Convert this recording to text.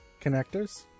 connectors